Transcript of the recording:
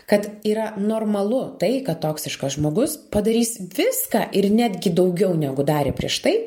kad yra normalu tai kad toksiškas žmogus padarys viską ir netgi daugiau negu darė prieš tai